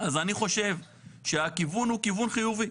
אני חושב שהכיוון הוא כיוון חיובי.